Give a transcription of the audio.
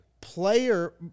player